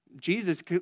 Jesus